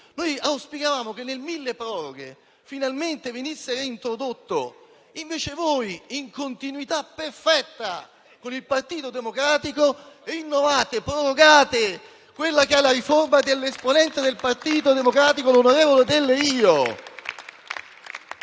Noi auspicavamo che nel decreto-legge milleproroghe finalmente venisse reintrodotto; invece voi, in continuità perfetta con il Partito Democratico, rinnovate e prorogate la riforma dell'esponente del Partito Democratico, onorevole Delrio.